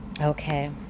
Okay